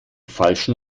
falschen